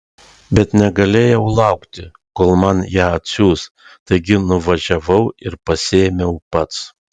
bet negalėjau laukti kol man ją atsiųs taigi nuvažiavau ir pasiėmiau pats